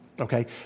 okay